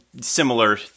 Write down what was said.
similar